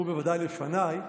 הוא בוודאי לפניי,